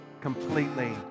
completely